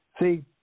See